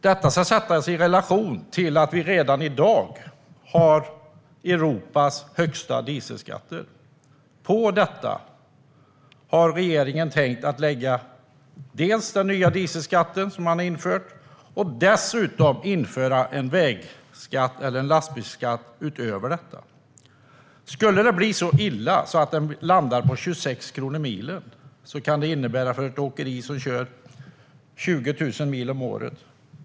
Detta ska sättas i relation till att vi redan i dag har Europas högsta dieselskatt. Utöver detta har regeringen tänkt införa en lastbilsskatt. Skulle det bli så illa att skatten landar på 26 kronor milen innebär det upp till en halv miljon kronor för ett åkeri som kör 20 000 mil om året.